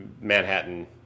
Manhattan